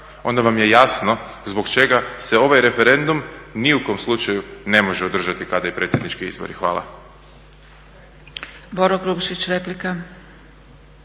onda vam je jasno zbog čega se ovaj referendum ni u kom slučaju ne može održati kada i predsjednički izbori. Hvala.